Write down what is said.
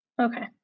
Okay